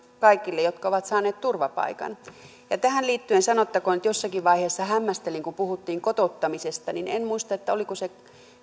kaikille jotka ovat saaneet turvapaikan tähän liittyen sanottakoon että jossakin vaiheessa hämmästelin kun puhuttiin kotouttamisesta en muista oliko se